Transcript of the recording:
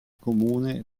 comune